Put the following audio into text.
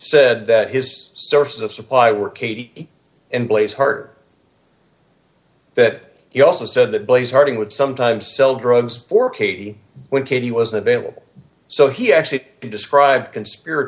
said that his sources of supply were katie and blaze harder that he also said that blaze harding would sometimes sell drugs for katie when katie wasn't available so he actually described conspira